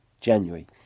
january